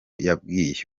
yabwiwe